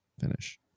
finish